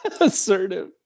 assertive